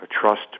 trust